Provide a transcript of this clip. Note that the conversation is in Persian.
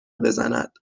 بزند